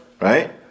right